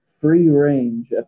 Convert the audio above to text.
free-range